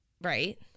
right